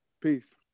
peace